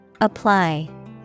Apply